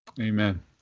Amen